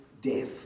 death